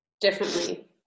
differently